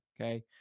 Okay